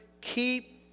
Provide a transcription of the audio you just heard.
keep